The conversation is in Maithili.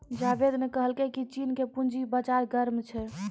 जावेद ने कहलकै की चीन के पूंजी बाजार गर्म छै